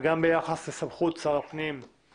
ולמרות שיש סמכות נפרדת לנותני האישור